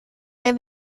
der